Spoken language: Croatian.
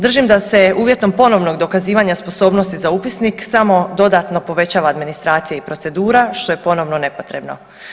Držim da se uvjetom ponovnog dokazivanja sposobnosti za upisnik samo dodatno povećava administracija i procedura, što je ponovno nepotrebno.